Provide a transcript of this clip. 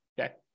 Okay